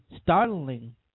startling